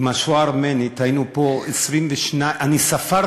בדיון על השואה הארמנית היינו פה, אני ספרתי,